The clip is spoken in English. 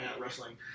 wrestling